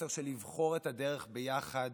מסר של לבחור את הדרך ביחד